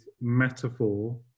metaphor